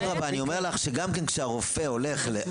אני אומר לך שגם כשהרופא יוצא